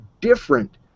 different